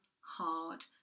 hard